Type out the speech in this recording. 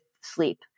sleep